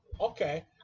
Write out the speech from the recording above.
okay